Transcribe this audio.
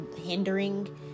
hindering